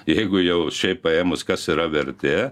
jeigu jau šiaip paėmus kas yra vertė